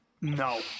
no